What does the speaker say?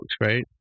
right